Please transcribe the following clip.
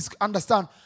understand